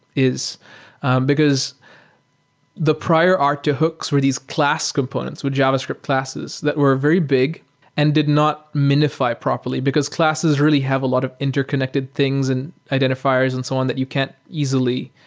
and because the prior art to hooks were these class components with javascript classes that were very big and did not minify properly, because classes really have a lot of interconnected things and identifiers and so on that you can't easily